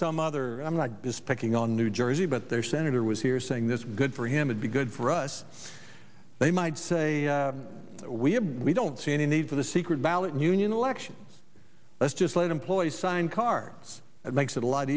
some other i'm not this picking on new jersey but they're senator was here saying this good for him would be good for us they might say we have we don't see any need for the secret ballot in union elections let's just let employees sign cards at it a lot